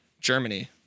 Germany